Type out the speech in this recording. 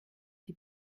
die